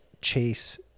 chase